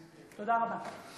תודה רבה.